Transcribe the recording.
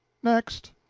next!